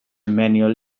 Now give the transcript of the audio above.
manual